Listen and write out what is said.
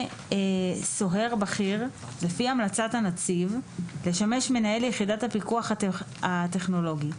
סוהר בכיר לפי המלצת הנציב לשמש מנהל יחידת הפיקוח הטכנולוגי,